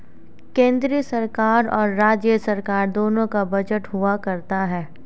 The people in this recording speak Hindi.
केन्द्र सरकार और राज्य सरकार दोनों का बजट हुआ करता है